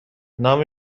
نام